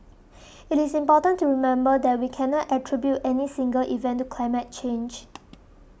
it is important to remember that we cannot attribute any single event to climate change